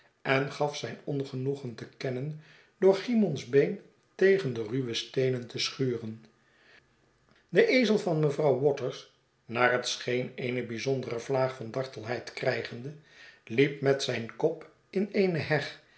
en gaf zijn ongenoegen te kennen door cymon's been tegen de ruwe steenen te schuren de ezel van mevrouw waters naar het scheen eenebijzondere vlaag van dartelheid krijgende liep met zijn kop in eene heg